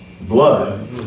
blood